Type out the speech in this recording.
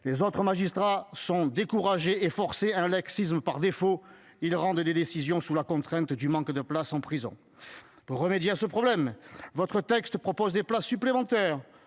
Les autres magistrats sont découragés et contraints à un laxisme par défaut. Ils rendent des décisions sous la contrainte du manque de places en prison. Pour remédier à ce problème, vous proposez dans votre texte des places supplémentaires.